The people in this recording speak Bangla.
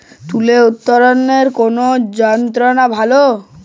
তুলা উত্তোলনে কোন যন্ত্র ভালো?